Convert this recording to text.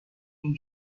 این